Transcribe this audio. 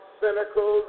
cynical